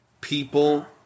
people